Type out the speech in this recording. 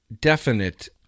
definite